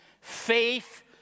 Faith